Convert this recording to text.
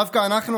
דווקא אנחנו,